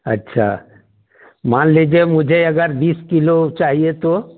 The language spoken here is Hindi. अच्छा मान लीजिए मुझे अगर बीस किलो चाहिए तो